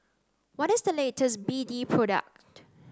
what is the latest B D product